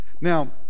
now